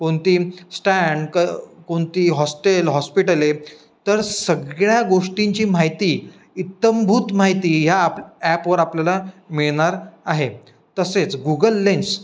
कोणती स्टँड क कोणती हॉस्टेल हॉस्पिटले तर सगळ्या गोष्टींची माहिती इत्थंभूत माहिती ह्या आप ॲपवर आपल्याला मिळणार आहे तसेच गुगल लेन्स